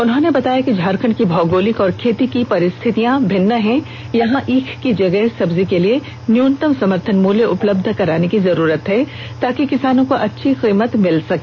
उन्होंने बताया कि झारखंड की भौगोलिक और खेती की परिस्थितियां भिन्न है यहां ईख की जगह सब्जी के लिए न्यूनतम समर्थन मूल्य उपलब्ध कराने की जरूरत है ताकि किसानों को अच्छी कीमत मिल सके